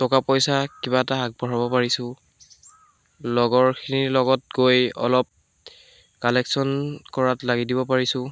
টকা পইচা কিবা এটা আগবঢ়াব পাৰিছোঁ লগৰখিনিৰ লগত গৈ অলপ কালেকচন কৰাত লাগি দিব পাৰিছোঁ